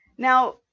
Now